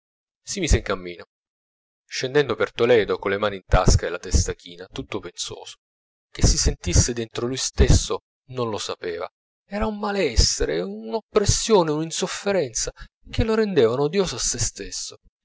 si mise in cammino scendendo per toledo con le mani in tasca e la testa china tutto pensoso che si sentisse dentro lui stesso non lo sapeva era un malessere un'oppressione un'insofferenza che lo rendevano odioso a se stesso